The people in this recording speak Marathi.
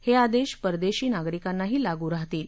हे आदेश परदेशी नागरिकांनाही लागू राहतील